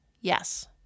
Yes